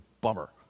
bummer